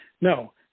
No